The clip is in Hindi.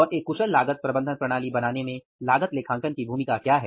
और एक कुशल लागत प्रबंधन प्रणाली बनाने में लागत लेखांकन की भूमिका क्या है